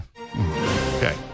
Okay